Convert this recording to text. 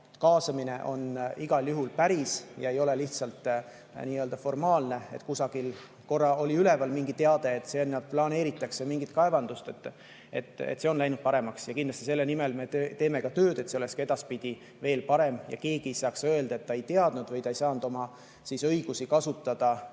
kaasamine on igal juhul päris, see ole lihtsalt formaalne, et kusagil korra oli üleval mingi teade, et sinna planeeritakse mingit kaevandust. See on läinud paremaks. Ja kindlasti me selle nimel teeme tööd, et see oleks edaspidi veel parem ja keegi ei saaks öelda, et ta ei teadnud [asjast] või ta ei saanud kasutada oma õigusi